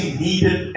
needed